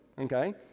okay